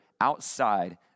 outside